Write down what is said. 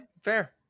fair